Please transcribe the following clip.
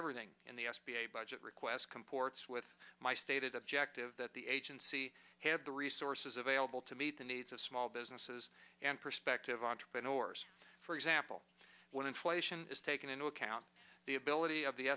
everything in the s b a budget requests comports with my stated objective that the agency had the resources available to meet the needs of small businesses and perspective entrepreneurs for example when inflation is taken into account the ability of the